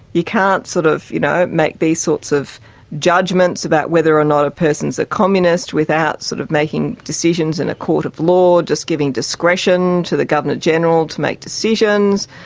you can't sort of you know make these sorts of judgements about whether or not a person is a communist without sort of making decisions in a court of law, just giving discretion to the governor general to make decisions,